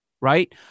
right